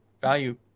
value